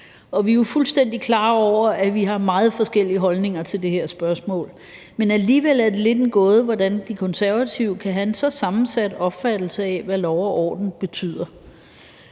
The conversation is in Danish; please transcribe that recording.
klar over, at vi har meget forskellige holdninger til det her spørgsmål, men alligevel er det lidt en gåde, hvordan De Konservative kan have en så sammensat opfattelse af, hvad lov og orden betyder.